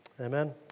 Amen